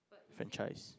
franchise